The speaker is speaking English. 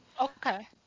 Okay